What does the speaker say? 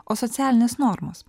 o socialinės normos